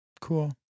Cool